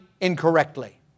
incorrectly